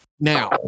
now